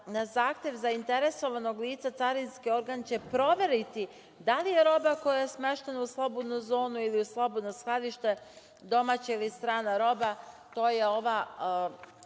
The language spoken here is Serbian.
na zahtev zainteresovanog lica carinski organ će proveriti da li je roba koja je smeštena u slobodnu zonu ili u slobodno skladište domaća ili strana roba.